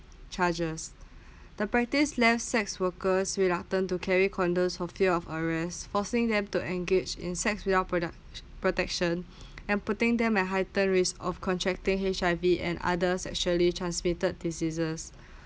chargers the practice left sex workers reluctant to carry condom of fear of arrest forcing them to engage in sex without produc~ protection and putting them at higher risk of contracting H_I_V and other sexually transmitted diseases